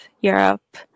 Europe